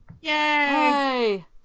Yay